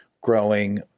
growing